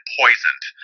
poisoned